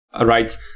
Right